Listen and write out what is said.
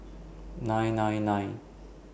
nine nine nine